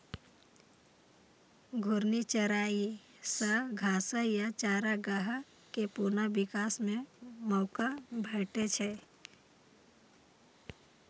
घूर्णी चराइ सं घास आ चारागाह कें पुनः विकास के मौका भेटै छै